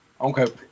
okay